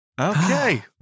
Okay